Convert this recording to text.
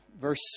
Verse